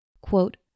Quote